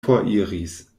foriris